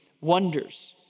Wonders